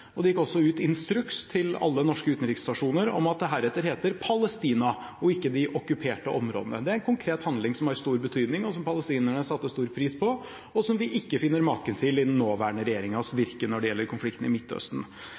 og det gikk også ut instruks til alle norske utenriksstasjoner om at det heretter heter Palestina og ikke de okkuperte områdene. Det er en konkret handling som har stor betydning, og som palestinerne satte stor pris på, og som vi ikke finner maken til i den nåværende regjeringens virke når det gjelder konflikten i Midtøsten.